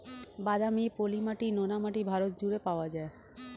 বাদামি, পলি মাটি, নোনা মাটি ভারত জুড়ে পাওয়া যায়